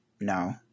No